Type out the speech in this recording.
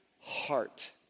heart